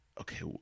Okay